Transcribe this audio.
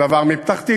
אותו דבר מפתח-תקווה,